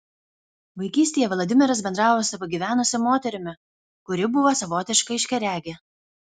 vaikystėje vladimiras bendravo su pagyvenusia moterimi kuri buvo savotiška aiškiaregė